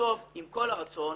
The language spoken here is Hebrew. בסוף עם כל הרצון,